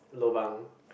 lobang